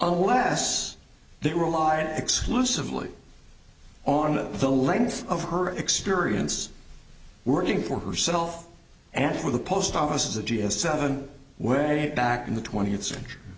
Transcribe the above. unless they were lied exclusively on the length of her experience working for herself and for the post office of the g s seven way back in the twentieth century